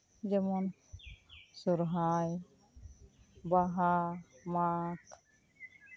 ᱡᱮᱢᱚᱱ ᱥᱚᱨᱦᱟᱭ ᱵᱟᱦᱟ ᱢᱟᱜᱽ